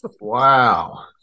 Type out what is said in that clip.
Wow